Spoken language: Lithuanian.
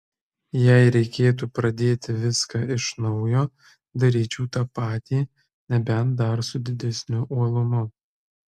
jei reikėtų pradėti viską iš naujo daryčiau tą patį nebent dar su didesniu uolumu